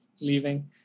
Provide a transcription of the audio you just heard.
leaving